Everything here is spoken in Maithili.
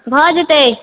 भए जेतै